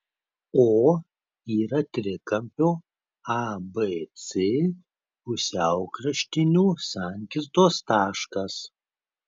o yra trikampio abc pusiaukraštinių sankirtos taškas